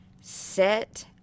set